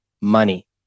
money